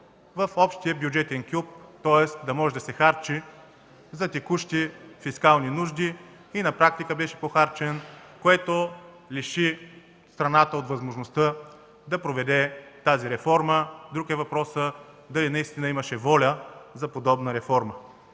в общия бюджетен кюп, да може да се харчи за текущи фискални нужди и на практика беше похарчен. Това лиши страната от възможността да проведе тази реформа. Друг е въпросът дали наистина имаше воля за подобна реформа.